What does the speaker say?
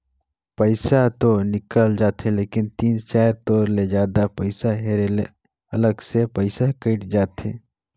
पइसा तो निकल जाथे लेकिन तीन चाएर तोर ले जादा पइसा हेरे ले अलग से पइसा कइट जाथे